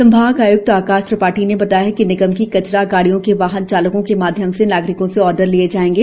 संभाग आयुक्त आकाश त्रिपाठी ने बताया है कि निगम की कचरा गाड़ियों के वाहन चालकों के माध्यम से नागरिकों से आर्डर लिए जाएंगे